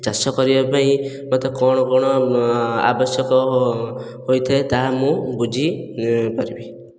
ଚାଷ କରିବାପାଇଁ ମୋତେ କ'ଣ କ'ଣ ଆବଶ୍ୟକ ହୋଇଥାଏ ତାହା ମୁଁ ବୁଝି ପାରିବି